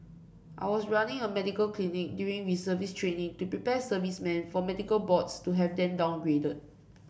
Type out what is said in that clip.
I was running a medical clinic during reservist training to prepare servicemen for medical boards to have them downgraded